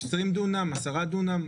20 דונם, 10 דונם?